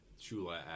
Chula